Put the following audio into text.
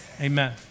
amen